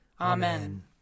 Amen